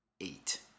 eight